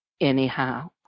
anyhow